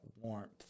warmth